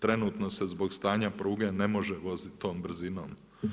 Trenutno se zbog stanja pruge ne može vozit tom brzinom.